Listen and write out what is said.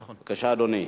בבקשה, אדוני.